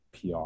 PR